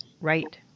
Right